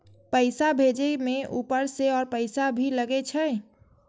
पैसा भेजे में ऊपर से और पैसा भी लगे छै?